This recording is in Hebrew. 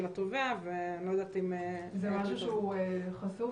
התובע ואני לא יודעת אם --- זה מידע חשוף,